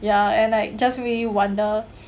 ya and like just make me wonder